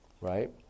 right